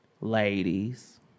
Ladies